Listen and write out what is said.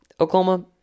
Oklahoma